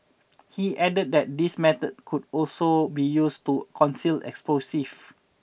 he added that these methods could also be used to conceal explosives